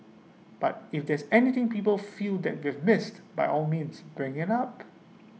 but if there's anything people feel that is missed by all means bring IT up